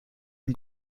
den